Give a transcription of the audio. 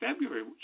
February